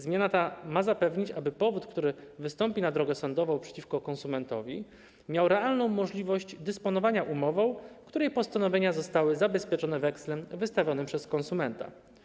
Zmiana ta ma zapewnić, aby powód, który wystąpi na drogę sądową przeciwko konsumentowi, miał realną możliwość dysponowania umową, której postanowienia zostały zabezpieczone wekslem wystawionym przez konsumenta.